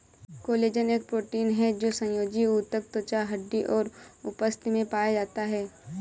collagen एक protein है जो संयोजी ऊतक, त्वचा, हड्डी और उपास्थि में पाया जाता है